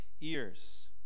ears